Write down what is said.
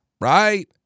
Right